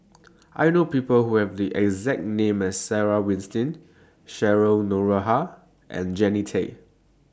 I know People Who Have The exact name as Sarah Winstedt Cheryl Noronha and Jannie Tay